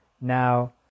now